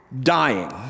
dying